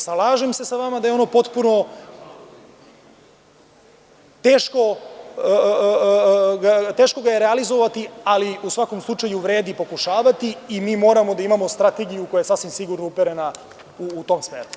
Slažem se sa vama da ga je teško realizovati, ali u svakom slučaju vredi pokušavati i mi moramo da imamo strategiju koja je sasvim sigurno uperena u tom smeru.